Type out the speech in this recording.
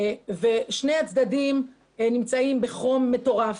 שני הצדדים נמצאים בחום מטורף.